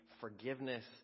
forgiveness